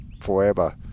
forever